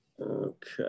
Okay